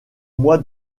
mois